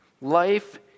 Life